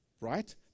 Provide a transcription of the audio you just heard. Right